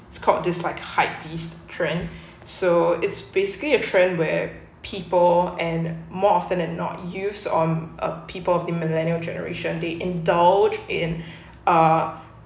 it's called dislike hype it's a trend so it's basically a trend where people and more often than not used on uh people of the millennial generation they indulge in uh